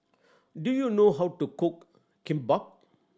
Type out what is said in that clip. do you know how to cook Kimbap